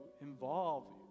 involve